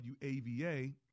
WAVA